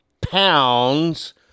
pounds